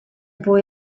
boy